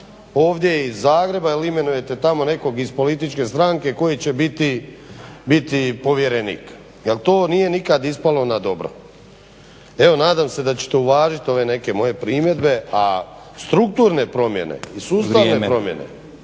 ovdje iz Zagreba ili imenujete tamo nekog iz političke stranke koji će biti povjerenik jer to nije nikad ispalo na dobro. Evo nadam se da ćete uvažit ove neke moje primjedbe, a strukturne promjene i sustavne promjene